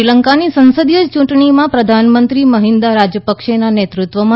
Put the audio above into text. શ્રીલંકાની સંસદીય ચૂંટણીમાં પ્રધાનમંત્રી મહિન્દા રાજપક્ષેનાં નેતૃત્વમાં